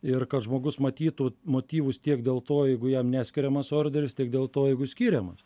ir kad žmogus matytų motyvus tiek dėl to jeigu jam neskiriamas orderis tiek dėl to jeigu skiriamas